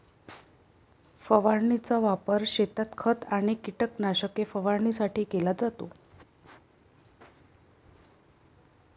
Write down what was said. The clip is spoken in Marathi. फवारणीचा वापर शेतात खत आणि कीटकनाशके फवारणीसाठी केला जातो